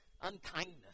unkindness